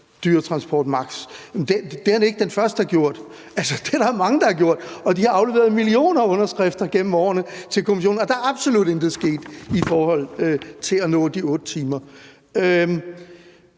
8 timer, men det er han ikke den første der har gjort. Det er der mange der har gjort, og de har afleveret millioner af underskrifter gennem årene til Kommissionen, og der er absolut intet sket i forhold til at nå målet om de 8 timer.